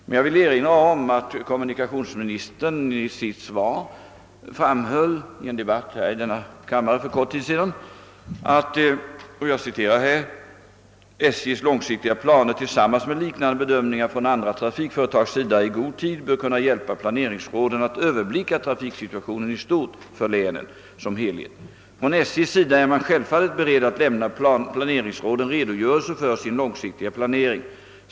Men jag vill erinra om att kommunikationsministern för kort tid sedan i ett interpellationssvar här i kammaren framhöll att »SJ:s långsiktiga planer tillsammans med liknande bedömningar från andra trafikföretags sida i god tid bör kunna hjälpa planeringsråden att överblicka trafiksituationen i stort för länen som helhet. Från SJ:s sida är man självfallet beredd att lämna planeringsråden redogörelser för sin långsiktiga planering.